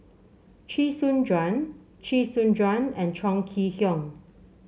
Chee Soon Juan Chee Soon Juan and Chong Kee Hiong